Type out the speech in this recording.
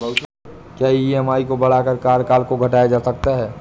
क्या ई.एम.आई को बढ़ाकर कार्यकाल को घटाया जा सकता है?